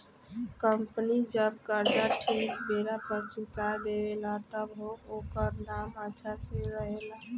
company जब कर्जा ठीक बेरा पर चुका देवे ला तब ओकर नाम अच्छा से रहेला